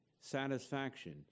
satisfaction